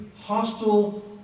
hostile